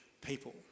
people